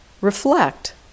reflect